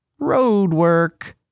roadwork